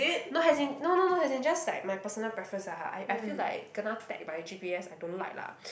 no as in no no no as in just like my personal preference lah I I feel like kena tag by G_P_S I don't like lah